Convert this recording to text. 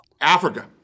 Africa